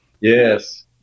Yes